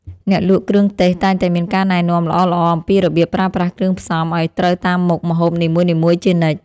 អ្នកលក់គ្រឿងទេសតែងតែមានការណែនាំល្អៗអំពីរបៀបប្រើប្រាស់គ្រឿងផ្សំឱ្យត្រូវតាមមុខម្ហូបនីមួយៗជានិច្ច។